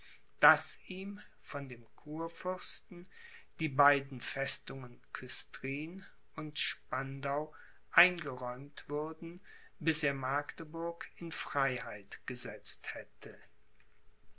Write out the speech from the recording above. daß ihm von dem kurfürsten die beiden festungen küstrin und spandau eingeräumt würden bis er magdeburg in freiheit gesetzt hätte